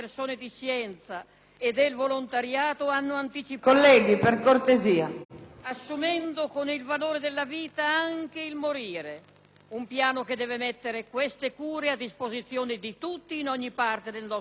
assumendo con il valore della vita anche il morire. Un piano che deve mettere queste cure a disposizione di tutti in ogni parte del nostro Paese. Qui c'è tutto lo spazio per l'impegno, anche finanziario, del Governo.